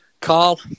Carl